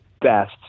best